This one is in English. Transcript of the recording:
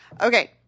Okay